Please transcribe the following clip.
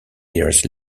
years